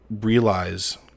realize